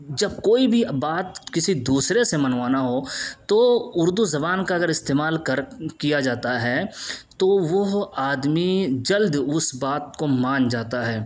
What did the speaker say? جب کوئی بھی بات کسی دوسرے سے منوانا ہو تو اردو زبان کا اگر استعمال کیا جاتا ہے تو وہ آدمی جلد اس بات کو مان جاتا ہے